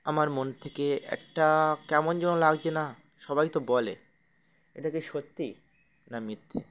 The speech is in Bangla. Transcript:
আমার মন থেকে একটা কেমন যেন লাগছে না সবাই তো বলে এটা কি সত্যি না মিথ্যে